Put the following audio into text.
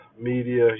Media